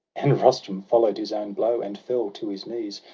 and rustum follow'd his own blow, and fell to his knees,